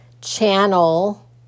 channel